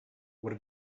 what